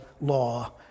law